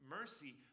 mercy